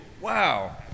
Wow